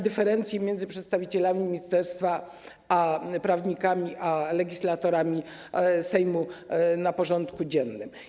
Dyferencje pomiędzy przedstawicielami ministerstwa a prawnikami, legislatorami Sejmu są na porządku dziennym.